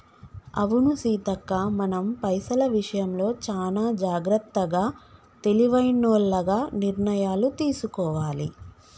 అవును సీతక్క మనం పైసల విషయంలో చానా జాగ్రత్తగా తెలివైనోల్లగ నిర్ణయాలు తీసుకోవాలి